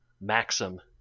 Maxim